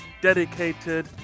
dedicated